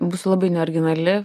būsiu labai neoriginali